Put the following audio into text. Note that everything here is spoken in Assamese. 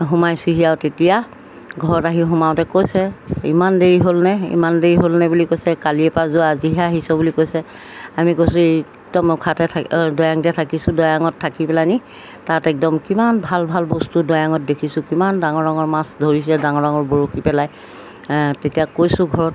সোমাইছোঁহি আৰু তেতিয়া ঘৰত আহি সোমাওঁতে কৈছে ইমান দেৰি হ'লনে ইমান দেৰি হ'লনে বুলি কৈছে কালিৰপৰা যোৱা আজিহে আহিছ বুলি কৈছে আমি কৈছোঁ একদম অখাতে থাকি দৈয়াঙতে থাকিছোঁ দৈয়াঙত থাকি পেলাইনি তাত একদম কিমান ভাল ভাল বস্তু দয়াত দেখিছোঁ কিমান ডাঙৰ ডাঙৰ মাছ ধৰিছে ডাঙৰ ডাঙৰ বৰশী পেলাই তেতিয়া কৈছোঁ ঘৰত